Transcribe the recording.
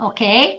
Okay